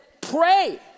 pray